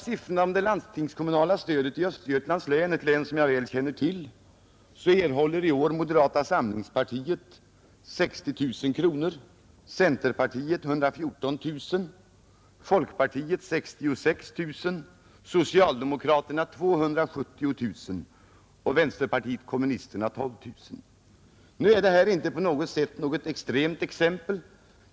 Siffrorna för det landstingskommunala stödet i Östergötlands län — ett län som jag väl känner till — visar att i år erhåller moderata samlingspartiet 60 000 kronor, centerpartiet 114 000 kronor, folkpartiet 66 000 kronor, socialdemokraterna 270 000 kronor och vänsterpartiet kommunisterna 12 000 kronor. Nu är detta inte på något sätt ett extremt exempel.